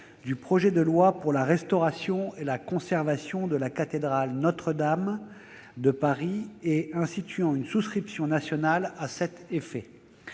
du projet de loi pour la restauration et la conservation de la cathédrale Notre-Dame de Paris et instituant une souscription nationale à cet effet.